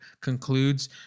concludes